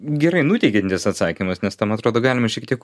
gerai nuteikiantis atsakymas nes tam atrodo galime šiek tiek